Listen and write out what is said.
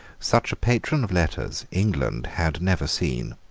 such a patron of letters england had never seen.